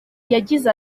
yagize